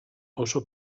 oso